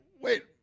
wait